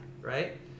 right